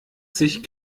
sich